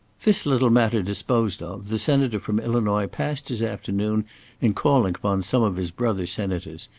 this little matter disposed of the senator from illinois passed his afternoon in calling upon some of his brother senators,